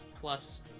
plus